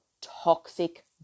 toxic